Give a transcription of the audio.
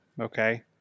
okay